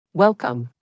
Welcome